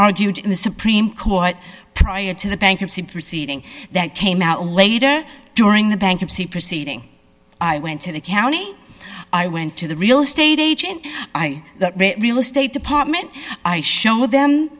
argued in the supreme court prior to the bankruptcy proceeding that came out later during the bankruptcy proceeding i went to the county i went to the real estate agent i real estate department i show them